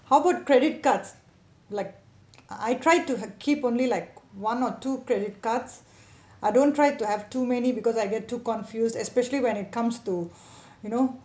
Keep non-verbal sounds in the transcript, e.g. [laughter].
how about credit cards like I tried to have keep only like one or two credit cards I don't try to have too many because I get too confused especially when it comes to [breath] you know